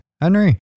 henry